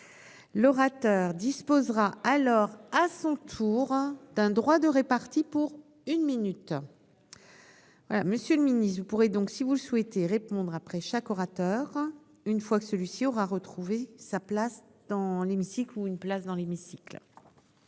L'orateur disposera alors à son tour d'un droit de répartis pour une minute. Voilà Monsieur le Ministre, vous pourrez donc si vous souhaitez répondre après chaque orateur. Une fois que celui-ci aura retrouvé sa place dans l'hémicycle où une place dans l'hémicycle.